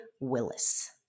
Willis